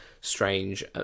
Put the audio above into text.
Strange